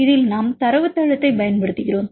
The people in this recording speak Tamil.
இதில் நாம் தரவுத்தளத்தைப் பயன்படுத்துகிறோம்